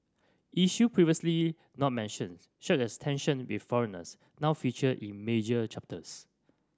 issue previously not mentions such as tension with foreigners now feature in major chapters